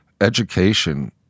Education